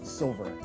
silver